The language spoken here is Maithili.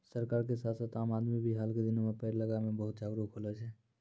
सरकार के साथ साथ आम आदमी भी हाल के दिनों मॅ पेड़ लगाय मॅ बहुत जागरूक होलो छै